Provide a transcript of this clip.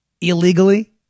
illegally